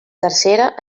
tercera